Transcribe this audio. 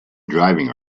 driving